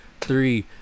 three